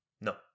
No